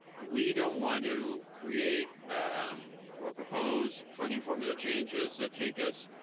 we don't want to create um or propose funding formula changes that take us,